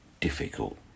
difficult